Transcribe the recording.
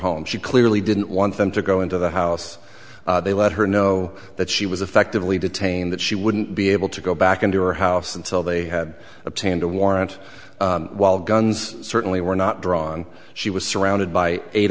home she clearly didn't want them to go into the house they let her know that she was effectively detained that she wouldn't be able to go back into her house until they had obtained a warrant while guns certainly were not drawn she was surrounded by eight